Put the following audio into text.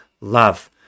love